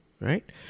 right